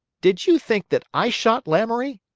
did you think that i shot lamoury?